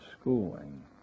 schooling